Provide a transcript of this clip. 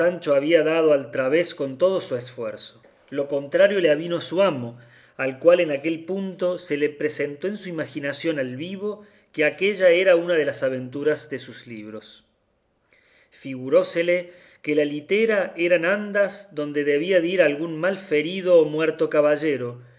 había dado al través con todo su esfuerzo lo contrario le avino a su amo al cual en aquel punto se le representó en su imaginación al vivo que aquélla era una de las aventuras de sus libros figurósele que la litera eran andas donde debía de ir algún mal ferido o muerto caballero